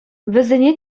вӗсене